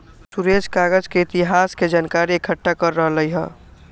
सुरेश कागज के इतिहास के जनकारी एकट्ठा कर रहलई ह